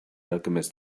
alchemist